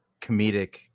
comedic